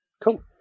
Cool